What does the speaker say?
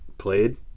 played